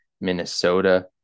Minnesota